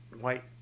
White